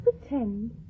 pretend